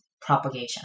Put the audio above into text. propagation